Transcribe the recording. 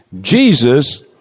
Jesus